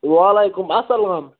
وَعلیکُم اَسَلام